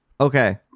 Okay